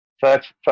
First